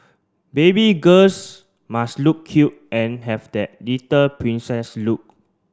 baby girls must look cute and have that little princess look